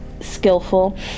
skillful